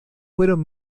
fueron